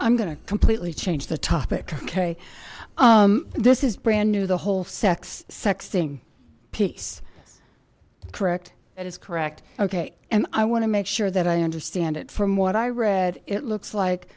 i'm going to completely change the topic ok this is brand new the whole sex sex thing piece correct it is correct ok and i want to make sure that i understand it from what i read it looks like